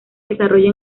desarrolla